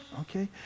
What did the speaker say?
Okay